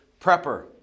Prepper